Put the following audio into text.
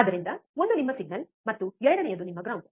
ಆದ್ದರಿಂದ ಒಂದು ನಿಮ್ಮ ಸಿಗ್ನಲ್ ಮತ್ತು ಎರಡನೆಯದು ನಿಮ್ಮ ಗ್ರೌಂಡ್